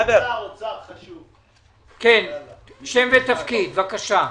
שם ותפקיד, בבקשה.